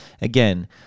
again